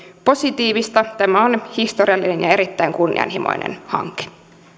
positiivista tämä on historiallinen ja erittäin kunnianhimoinen hanke